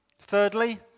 Thirdly